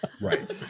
right